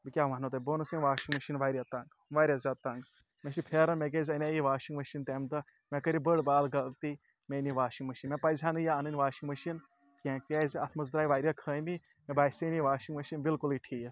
بہٕ کیاہ وَنو تۄہِہ بہٕ اوٚننَس ییٚمۍ واشِنٛگ مِشیٖن واریاہ تنٛگ واریاہ زیادٕ تنٛگ مےٚ چھِ پھیران مےٚ کیازِ اَنے یہِ واشِنٛگ مِشیٖن تَمہِ دۄہ مےٚ کٔر یہِ بٔڈ بار غلطی مےٚ أنۍ یہِ واشِںٛگ مِشیٖن مےٚ پَزِ ہا نہٕ یہِ اَنٕںۍ واشِنٛگ مِشیٖن ط کینٛہہ کیازکہ اَتھ منٛز درٛاے واریاہ خٲمی مےٚ باسے نہٕ یہِ واشِنٛگ مِشیٖن بلکُلٕے ٹھیٖک